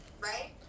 right